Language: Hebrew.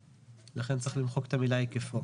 לכן צריך למחוק את המילה היקפו.